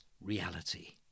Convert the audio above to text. reality